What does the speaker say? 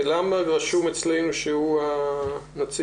ולמה רשום אצלנו שהוא הנציג?